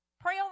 Pray